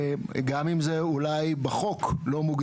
גם אם אולי זה מוגדר בחוק כדרך,